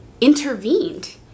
intervened